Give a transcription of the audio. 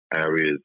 areas